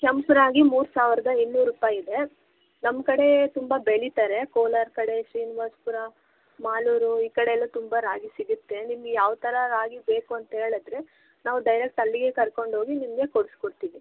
ಕೆಂಪು ರಾಗಿ ಮೂರು ಸಾವಿರದ ಇನ್ನೂರು ರೂಪಾಯಿದೆ ನಮ್ಮ ಕಡೆ ತುಂಬ ಬೆಳಿತಾರೆ ಕೋಲಾರ ಕಡೆ ಶ್ರೀನಿವಾಸಪುರ ಮಾಲೂರು ಈ ಕಡೆಯೆಲ್ಲ ತುಂಬ ರಾಗಿ ಸಿಗತ್ತೆ ನಿಮಗೆ ಯಾವ ಥರ ರಾಗಿ ಬೇಕು ಅಂತ್ಹೇಳಿದ್ರೆ ನಾವು ಡೈರೆಕ್ಟ್ ಅಲ್ಲಿಗೆ ಕರ್ಕೊಂಡ್ಹೋಗಿ ನಿಮಗೆ ಕೊಡ್ಸ್ಕೊಡ್ತಿವಿ